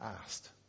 asked